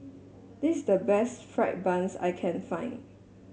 this is the best fried bun that I can find